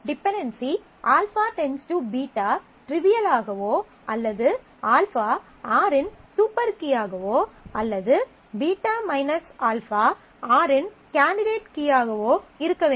dependency α → β trivial ஆகவோ அல்லது α R இன் சூப்பர் கீயாகவோ அல்லது β - α R இன் கேண்டிடேட் கீயாகவோ இருக்க வேண்டும்